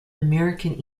american